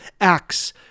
acts